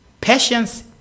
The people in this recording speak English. Patience